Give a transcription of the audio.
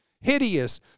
hideous